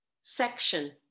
section